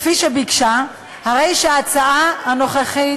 כפי שביקשה, הרי ההצעה הנוכחית